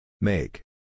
Make